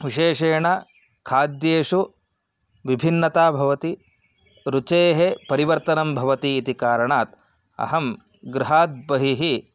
विशेषेण खाद्येषु विभिन्नता भवति रुचेः परिवर्तनं भवतीति कारणात् अहं गृहाद् बहिः